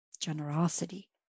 generosity